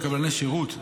וקבלני שירות,